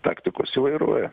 taktikos įvairuoja